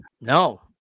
no